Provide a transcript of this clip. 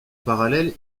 parallèle